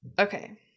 Okay